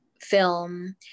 film